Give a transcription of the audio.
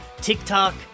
TikTok